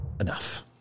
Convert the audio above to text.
Enough